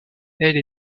elle